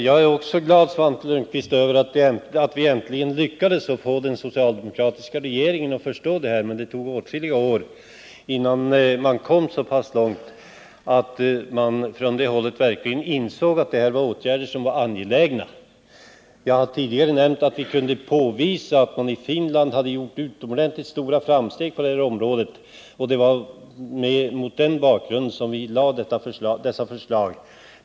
Herr talman! Ja, Svante Lundkvist, också jag är glad över att vi äntligen lyckades få den socialdemokratiska regeringen att förstå det här, men det tog åtskilliga år innan man från det hållet verkligen insåg att detta var åtgärder som var angelägna. Jag har tidigare nämnt att vi kunde påvisa att man i Finland gjort utomordentligt stora framsteg på detta område, och det var mot denna bakgrund som vi framlade detta förslag.